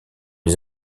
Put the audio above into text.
les